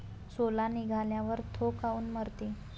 सोला निघाल्यावर थो काऊन मरते?